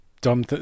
dumb